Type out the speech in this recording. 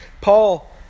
Paul